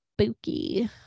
spooky